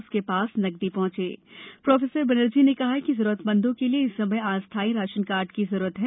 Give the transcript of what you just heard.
उसके शास नकदी शहंचे प्रोफेसर बनर्जी ने कहा कि जरूरतमंदों के लिए इस समय अस्थायी राशन कार्य की जरूरत है